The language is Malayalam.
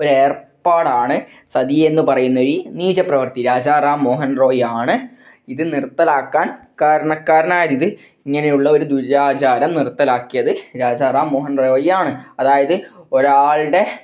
ഒരു ഏർപ്പാടാണ് സതി എന്ന് പറയുന്ന ഈ നീച പ്രവർത്തി രാജാറാം മോഹൻ റോയ് ആണ് ഇത് നിർത്തലാക്കാൻ കാരണക്കാരനായത് ഇത് ഇങ്ങനെയുള്ള ഒരു ദുരാചാരം നിർത്തലാക്കിയത് രാജാറാം മോഹൻ റോയ് ആണ് അതായത് ഒരാളുടെ